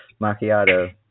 macchiato